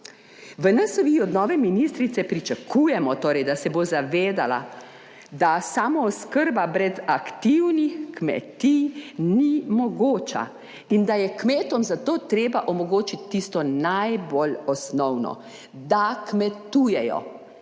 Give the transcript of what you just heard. V NSi od nove ministrice pričakujemo torej, da se bo zavedala, da samooskrba brez aktivnih kmetij ni mogoča in da je kmetom za to treba omogočiti tisto najbolj osnovno, da kmetujejo